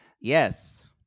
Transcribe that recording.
yes